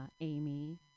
Amy